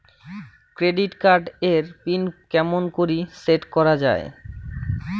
Credit card এর pin কেমন করি সেট করা য়ায়?